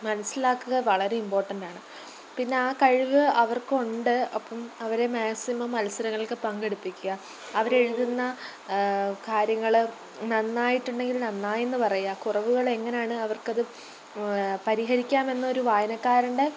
മനസ്സിലാക്കുക വളരെ ഇമ്പോർട്ടൻറ്റാണ് പിന്നാ കഴിവ് അവർക്കൊണ്ട് അപ്പം അവരെ മാക്സിമം മത്സരങ്ങൾക്ക് പങ്കെടുപ്പിക്കാൻ അവരെഴുതുന്ന കാര്യങ്ങൾ നന്നായിട്ടുണ്ടെങ്കിൽ നന്നായെന്നു പറയാ കുറവുകളെങ്ങനാണ് അവർക്കത് പരിഹരിക്കാമെന്നൊരു വായനക്കാരൻ്റെ